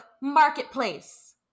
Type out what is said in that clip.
Marketplace